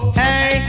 hey